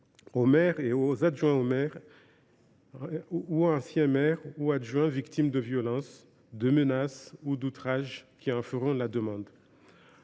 les maires et les adjoints, ou anciens maires et adjoints, victimes de violences, de menaces ou d’outrages qui en feront la demande.